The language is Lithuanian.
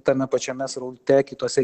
tame pačiame sraute kitose